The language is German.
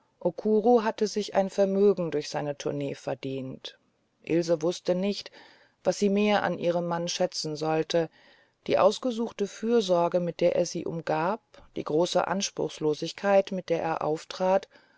hatte sich ein vermögen durch seine tournee verdient ilse wußte nicht was sie mehr an ihrem mann schätzen sollte die ausgesuchte fürsorge mit der er sie umgab die große anspruchslosigkeit mit der er auftrat